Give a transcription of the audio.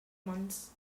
months